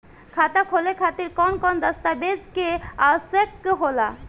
खाता खोले खातिर कौन कौन दस्तावेज के आवश्यक होला?